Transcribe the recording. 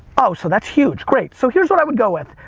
oh so that's huge, great, so here's what i would go with.